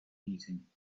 meeting